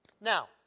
Now